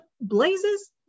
blazes